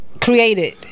created